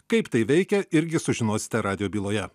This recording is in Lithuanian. kaip tai veikia irgi sužinosite radijo byloje